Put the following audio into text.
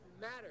matter